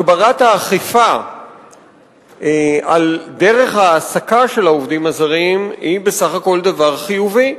הגברת האכיפה על דרך ההעסקה של העובדים הזרים היא בסך הכול דבר חיובי.